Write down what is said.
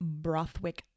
Brothwick